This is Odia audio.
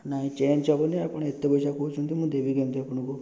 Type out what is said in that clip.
ନାଇଁ ଚେଞ୍ଜ ହେବନି ଆପଣ ଏତେ ପଇସା କହୁଛନ୍ତି ମୁଁ ଦେବି କେମିତି ଆପଣଙ୍କୁ